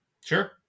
Sure